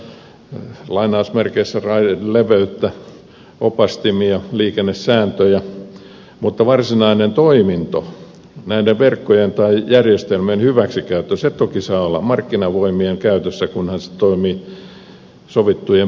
se tarkoittaa lainausmerkeissä raideleveyttä opastimia liikennesääntöjä mutta varsinainen toiminto näiden verkkojen tai järjestelmien hyväksikäyttö se toki saa olla markkinavoimien käytössä kunhan se toimii sovittujen pelisääntöjen mukaan